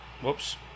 whoops